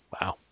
wow